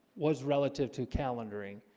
was relative to calendaring,